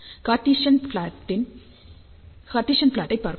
Cartesian ப்லாட்டைப் பார்ப்போம்